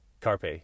carpe